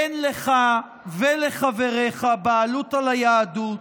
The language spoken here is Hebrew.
אין לך ולחבריך בעלות על היהדות.